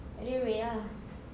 railway ah